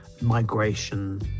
migration